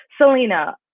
Selena